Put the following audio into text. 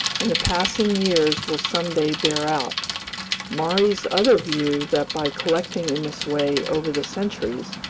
and the passing years will someday bear out maury's other view that by collecting in this way over the centuries,